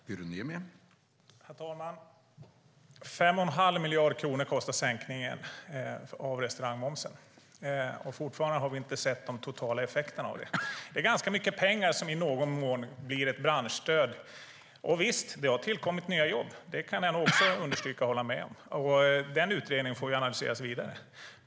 Herr talman! 5 1⁄2 miljard kronor kostar sänkningen av restaurangmomsen, och fortfarande har vi inte sett de totala effekterna av den. Det är ganska mycket pengar som i någon mån blir ett branschstöd. Visst, det har tillkommit nya jobb; det kan jag också understryka och hålla med om. Den utredningen får analyseras vidare.